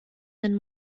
den